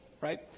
right